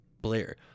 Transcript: Blair